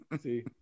See